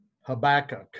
Habakkuk